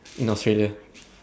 in Australia